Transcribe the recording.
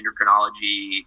endocrinology